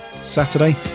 saturday